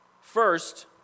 First